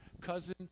cousin